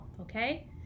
okay